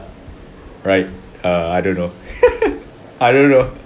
right err I don't know I don't know